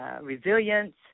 resilience